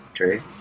Okay